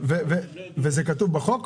וזה כתוב בחוק?